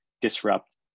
disrupt